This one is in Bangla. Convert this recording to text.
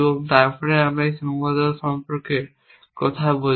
তারপরে আমরা একটি সীমাবদ্ধতা সম্পর্কে কথা বলছি